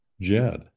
Jed